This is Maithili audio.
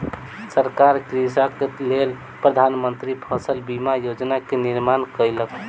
सरकार कृषकक लेल प्रधान मंत्री फसल बीमा योजना के निर्माण कयलक